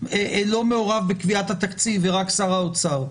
אינו מעורב בקביעת התקציב ורק שר האוצר?